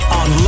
on